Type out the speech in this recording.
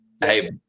Hey